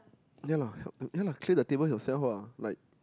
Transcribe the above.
ya lah help ya lah clear the tables yourself lah like